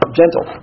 gentle